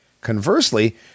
Conversely